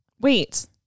wait